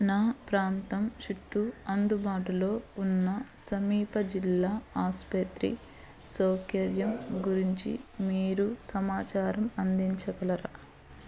నా ప్రాంతం చుట్టూ అందుబాటులో ఉన్న సమీప జిల్లా ఆసుపత్రి సౌకర్యం గురించి మీరు సమాచారం అందించగలరా